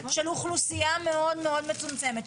של אוכלוסייה מאוד מאוד מצומצמת,